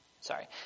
Sorry